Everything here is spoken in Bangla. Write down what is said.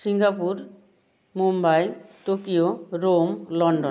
Singapore Mumbai Tokyo Rome London